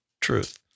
truth